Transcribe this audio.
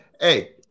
hey